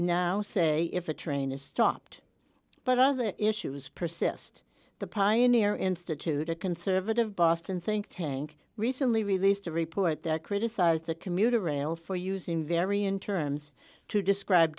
now say if a train is stopped but other issues persist the pioneer institute a conservative boston think tank recently released a report that criticized the commuter rail for using very in terms to describe